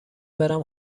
برم